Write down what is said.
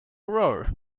roared